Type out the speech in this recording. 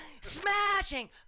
smashing